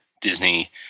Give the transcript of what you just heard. Disney